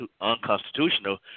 unconstitutional